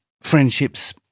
friendships